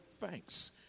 thanks